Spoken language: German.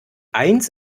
eins